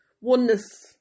Oneness